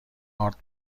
ارد